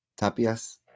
Tapias